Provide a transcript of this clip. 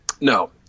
No